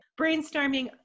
Brainstorming